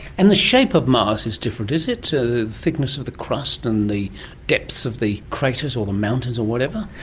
and the shape of mars is different, is it, the thickness of the crust and the depths of the craters or the mountains or whatever?